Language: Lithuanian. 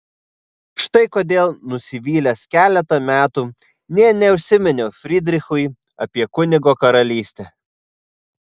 štai kodėl nusivylęs keletą metų nė neužsiminiau frydrichui apie kunigo karalystę